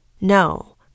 No